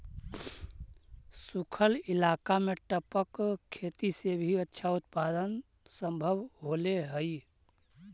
सूखल इलाका में टपक खेती से भी अच्छा उत्पादन सम्भव होले हइ